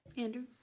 andrew